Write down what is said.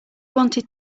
wanted